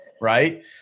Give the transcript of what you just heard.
Right